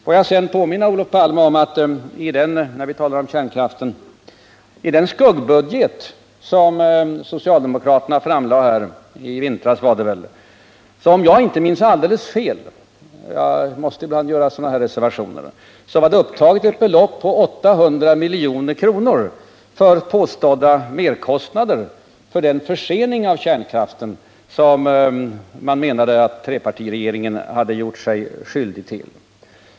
Får jag sedan, när vi talar om kärnkraften, påminna Olof Palme om att i den skuggbudget som socialdemokraterna framlade i vintras var det, om jag inte minns fel — jag måste ibland göra sådana här reservationer — upptaget ett belopp på 800 milj.kr. för påstådda merkostnader för den försening av kärnkraften som man menade att trepartiregeringen hade att svara för.